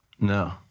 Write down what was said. No